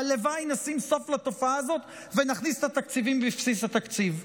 והלוואי שנשים סוף לתופעה הזאת ונכניס את התקציבים לבסיס התקציב.